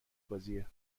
بازیه